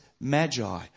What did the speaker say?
magi